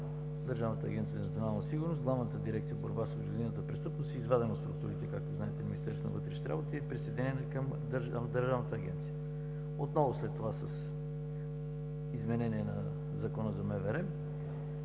Държавната агенция „Национална сигурност“, Главна дирекция „Борба с организираната престъпност“ е извадена от структурите, както знаете на Министерството на вътрешните работи и присъединена към Държавната агенция. След това с изменение на Закона за МВР,